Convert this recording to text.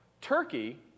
Turkey